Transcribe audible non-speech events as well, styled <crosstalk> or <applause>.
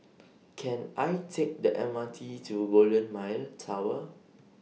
<noise> Can I Take The M R T to Golden Mile Tower